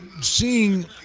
Seeing